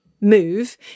move